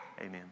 Amen